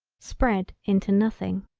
spread into nothing.